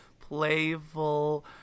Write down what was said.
playful